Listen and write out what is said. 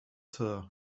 tours